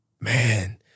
man